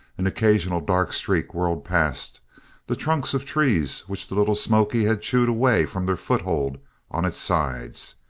an occasional dark steak whirled past the trunks of trees which the little smoky had chewed away from their foothold on its sides.